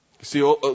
See